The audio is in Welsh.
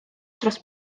dros